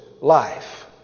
life